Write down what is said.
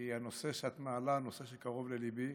כי הנושא שאת מעלה הוא נושא שקרוב לליבי.